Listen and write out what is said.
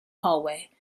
hallway